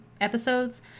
episodes